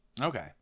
Okay